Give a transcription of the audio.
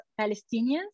Palestinians